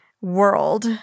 world